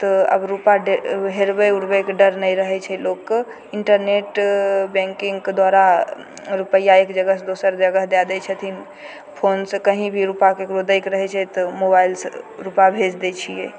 तऽ अब रूपैआ ड हेरबय उरबय के डर नहि रहय छै लोकके इन्टरनेट बैंकिंगके द्वारा रुपैआ एक जगह सँ दोसर जगह दे दै छथिन फोनसँ कहीं ककरो रूपैआ दैके रहय छै तऽ मोबाइलसँ रूपैआ भेज दै छियै